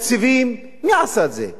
מי עשה את זה אם לא הממשלה?